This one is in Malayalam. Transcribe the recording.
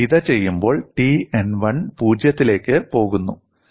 ഞാൻ ഇത് ചെയ്യുമ്പോൾ T n1 0 ലേക്ക് പോകുന്നു